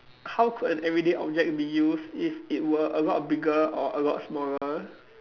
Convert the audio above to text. how could an everyday object be used if it were a lot bigger or a lot smaller